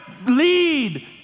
lead